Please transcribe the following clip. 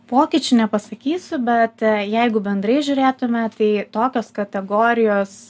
pokyčių nepasakysiu bet jeigu bendrai žiūrėtume tai tokios kategorijos